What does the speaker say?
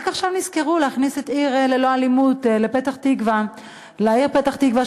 רק עכשיו נזכרו להכניס את "עיר ללא אלימות" לעיר פתח-תקווה,